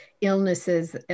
illnesses